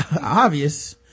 obvious